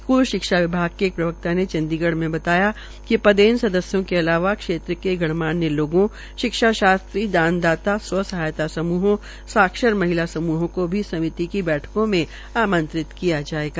school शिक्षा विभाग के एक प्रवक्ता ने चंडीगढ़ मे बताया कि पदेन सदस्यो के अलावा क्षेंत्र के गणमान्य लोगों शिक्षा शास्त्री दानदाता स्व सहायता समूहों साक्षर महिला समूहों को भी समिति की बैठकों में ब्लाया जायेगा